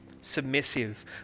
submissive